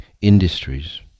industries